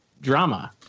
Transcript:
drama